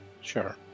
sure